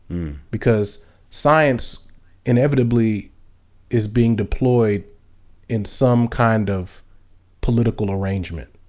because science inevitably is being deployed in some kind of political arrangement.